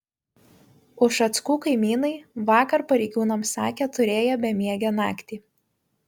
ušackų kaimynai vakar pareigūnams sakė turėję bemiegę naktį